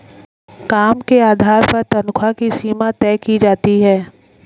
काम के आधार पर तन्ख्वाह की सीमा तय की जाती है